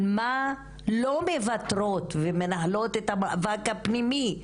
על מה לא מוותרות ומנהלות את המאבק הפנימי,